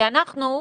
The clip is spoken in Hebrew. כי אנחנו,